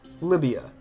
Libya